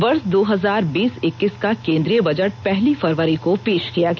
वर्ष दो हजार बीस इक्कीस का केन्द्रीय बजट पहली फरवरी को पेश किया गया